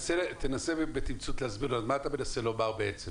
תנסה בתמצות לומר לנו מה אתה מנסה לומר בעצם,